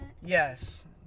Yes